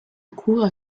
accourt